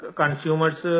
consumer's